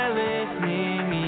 listening